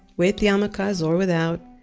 with yarmulkes or without,